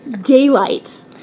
daylight